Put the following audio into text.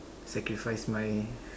sacrifice my